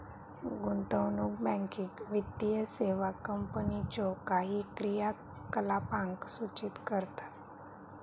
गुंतवणूक बँकिंग वित्तीय सेवा कंपनीच्यो काही क्रियाकलापांक सूचित करतत